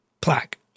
plaque